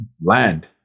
land